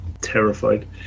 terrified